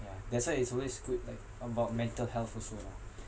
yeah that's why it's always good like about mental health also lah